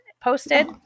posted